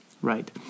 Right